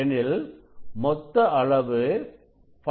எனில் மொத்த அளவு 5